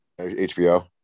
HBO